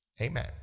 Amen